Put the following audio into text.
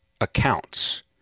accounts